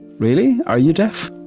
really? are you deaf?